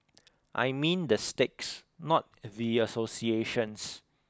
I mean the sticks not the associations